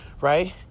right